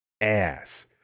ass